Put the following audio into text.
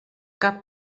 cap